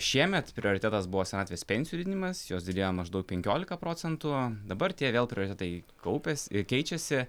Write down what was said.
šiemet prioritetas buvo senatvės pensijų didinimas jos didėjo maždaug penkiolika procentų dabar tie vėl prioritetai kaupias i keičiasi